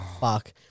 fuck